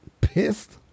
pissed